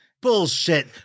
Bullshit